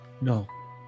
No